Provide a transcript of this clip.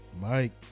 mike